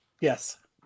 Yes